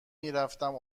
میرفتم